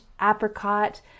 apricot